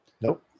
Nope